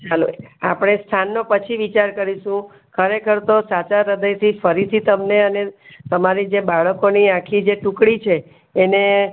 hello આપણે સાંજનો પછી વિચાર કરીશું ખરેખર તો સાચા હ્રદયથી ફરીથી તમને અને તમારી જે બાળકોની આખી જે ટુકડી છે એને